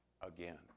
again